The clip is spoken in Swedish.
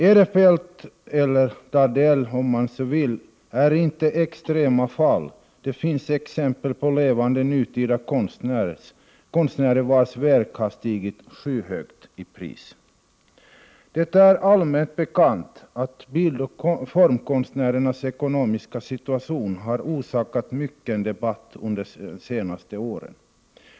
Edelfelt och Dardel är inte några extrema fall — det finns exempel på nu levande konstnärer vilkas verk har stigit skyhögt i pris. Det är allmänt bekant att bildoch formkonstnärernas ekonomiska situation har orsakat mycken debatt under de senaste åren.